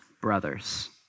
brothers